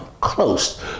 close